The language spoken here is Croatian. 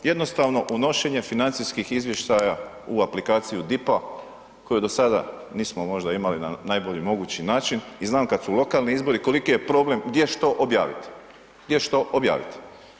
Jednostavno unošenje financijskih izvještaja u aplikaciju DIP-a, koju do sada nismo možda imali na najbolji mogući način, i znam kad su lokalni izbori koliki je problem gdje što objaviti, gdje što objaviti.